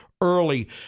early